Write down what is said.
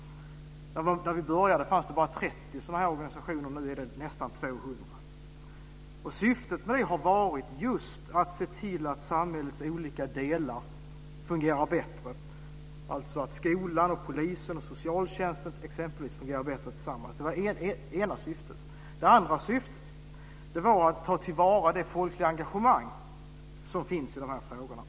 När vi började fanns det bara 30 sådana organisationer. Nu är det nästan 200. Syftet med dem har varit just att se till att samhällets olika delar fungerar bättre, alltså att t.ex. skolan, polisen och socialtjänsten fungerar bättre tillsammans. Det var det ena syftet. Det andra syftet var att ta till vara det folkliga engagemang som finns i de här frågorna.